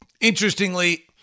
interestingly